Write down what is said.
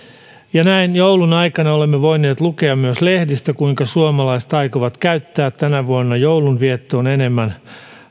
näin joulun aikana olemme voineet lukea lehdistä kuinka suomalaiset aikovat käyttää tänä vuonna joulun viettoon enemmän